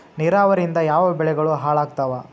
ನಿರಾವರಿಯಿಂದ ಯಾವ ಬೆಳೆಗಳು ಹಾಳಾತ್ತಾವ?